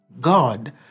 God